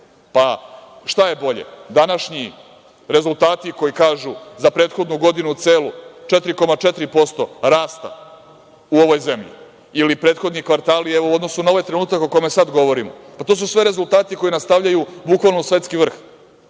pa, šta je bolje, današnji rezultati koji kažu za prethodnu godinu celu 4,4% rasta u ovoj zemlji, ili prethodni kvartali u odnosu na ovaj trenutak u kome sada govorimo. To su sve rezultati koji nas stavljaju bukvalno u svetski vrh.